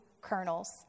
kernels